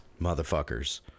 motherfuckers